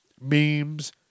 memes